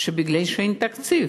שבגלל שאין תקציב